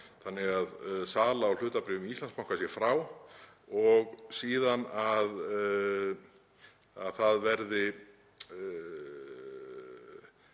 þannig að sala á hlutabréfum Íslandsbanka sé frá. Og síðan að áfram verði